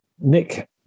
Nick